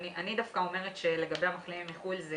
אני דווקא אומרת שלגבי המחלימים מחוץ לארץ